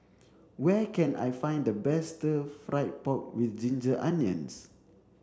where can I find the best stir fried pork with ginger onions